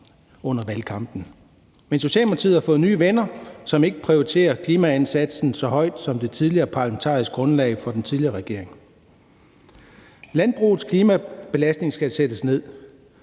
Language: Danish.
grundlag. Men Socialdemokratiet har fået nye venner, som ikke prioriterer klimaindsatsen så højt, som det parlamentariske grundlag for den tidligere regering gjorde. Landbrugets klimabelastning skal sættes ned,